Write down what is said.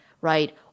right